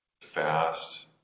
fast